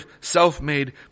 self-made